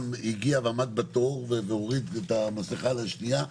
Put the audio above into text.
הגיע ועמד בתור והוריד את המסכה לשנייה,